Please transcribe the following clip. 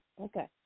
Okay